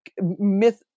myth